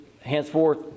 henceforth